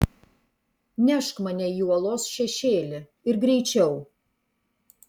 nešk mane į uolos šešėlį ir greičiau